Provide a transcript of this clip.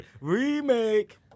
Remake